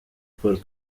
paul